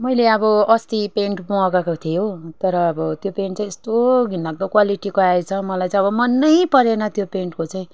मैले अब अस्ति प्यान्ट मगाएको थिएँ हो तर अब त्यो प्यान्ट चाहिँ यस्तो घिन लाग्दो क्वालिटीको आएछ मलाई चाहिँ अब मनै परेन त्यो प्यान्टको चाहिँ